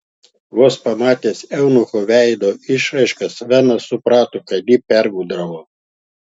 vos pamatęs eunuchų veido išraiškas venas suprato kad jį pergudravo